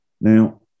Now